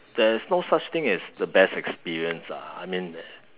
there's no such thing as the best experience lah I mean